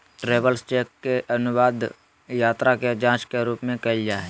travellers cheque के अनुवाद यात्रा के जांच के रूप में कइल जा हइ